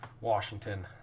Washington